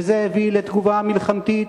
וזה הביא לתגובה מלחמתית